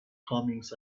comings